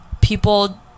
people